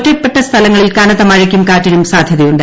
ഒറ്റപ്പെട്ട സ്ഥലങ്ങളിൽ കനത്ത മഴയ്ക്കും കാറ്റിനും സാധ്യതയുണ്ട്